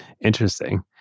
interesting